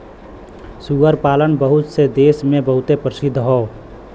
सूअर पालन बहुत से देस मे बहुते प्रसिद्ध हौ